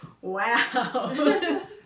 Wow